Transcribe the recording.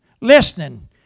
listening